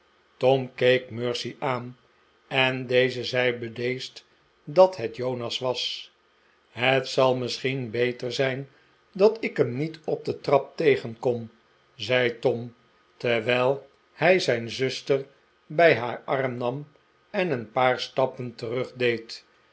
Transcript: tom keek mercy aan en deze zei bedeesd dat het jonas was het zal misschien beter zijn dat ik hem niet op de trap tegenkom zei tom terwijl hij zijn zuster bij haar arm nam en een paar stappen terug